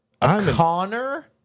Connor